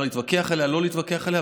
ואפשר להתווכח עליה או לא להתווכח עליה,